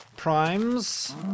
Primes